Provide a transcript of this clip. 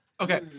Okay